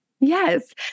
Yes